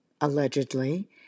allegedly